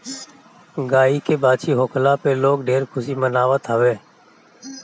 गाई के बाछी होखला पे लोग ढेर खुशी मनावत हवे